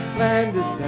landed